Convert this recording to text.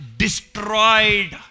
destroyed